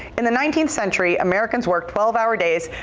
in the nineteen th-century americans work twelve hour days,